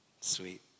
Sweet